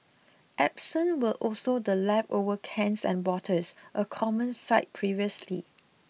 absent were also the leftover cans and bottles a common sight previously